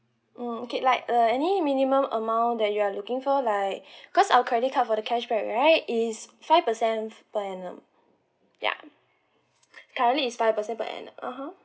mm okay like uh any minimum amount that you are looking for like cause our credit card for the cashback right is five percent per annum yeah currently it's five percent per annum (uh huh)